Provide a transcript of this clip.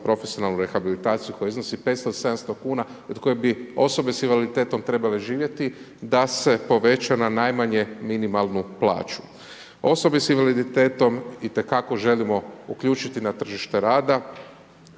profesionalnu rehabilitaciju koja iznosi 500-700 kuna i od koje bi osobe sa invaliditetom trebale živjeti da se poveća na najmanje minimalnu plaću. Osobe sa invaliditetom itekako želimo uključiti na tržite rada